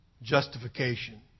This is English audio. Justification